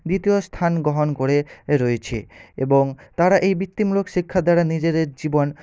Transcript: দ্বিতীয় স্থান গ্রহণ করে রয়েছে এবং তারা এই বৃত্তিমূলক শিক্ষার দ্বারা নিজেদের জীবন